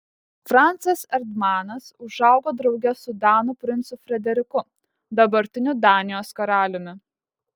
francas erdmanas užaugo drauge su danų princu frederiku dabartiniu danijos karaliumi